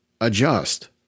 adjust